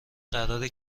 قراره